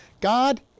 God